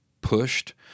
pushed